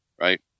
Right